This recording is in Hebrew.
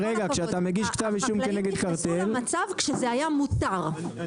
וכשאתה מגיש כתב אישום כנגד קרטל --- אבל